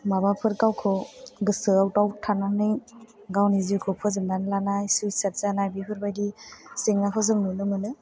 माबाफोर गावखौ गोसोआव दाउत थानानै गावनि जिउखौ फोजोबनानै लानाय सुसाइड जानाय बेफोरबायदि जेंनाखौ जों नुनो मोनो